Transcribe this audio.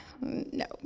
no